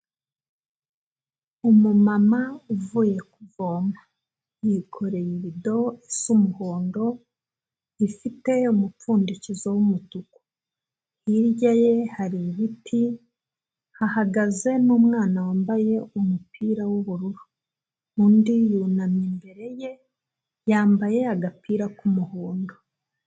Umumama uvuye kuvoma yikoreye ibido isa umuhondo, ifite umupfundikizo w'umutuku hirya ye hari ibiti, hahagaze n'umwana wambaye umupira w'ubururu, undi yunamye imbere ye yambaye agapira k'umuhondo.